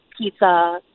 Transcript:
pizza